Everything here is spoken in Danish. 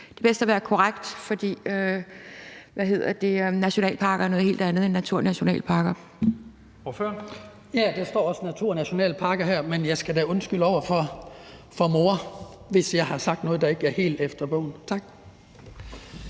det er bedst at være korrekt. For nationalparker er noget helt andet end naturnationalparker.